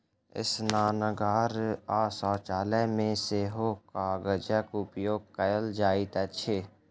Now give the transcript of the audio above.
स्नानागार आ शौचालय मे सेहो कागजक उपयोग कयल जाइत अछि